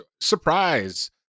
Surprise